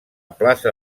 plaça